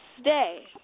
stay